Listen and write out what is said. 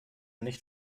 nicht